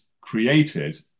created